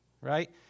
Right